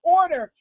order